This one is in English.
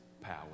power